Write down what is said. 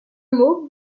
mot